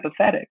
empathetic